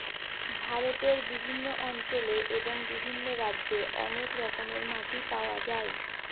ভারতের বিভিন্ন অঞ্চলে এবং বিভিন্ন রাজ্যে অনেক রকমের মাটি পাওয়া যায়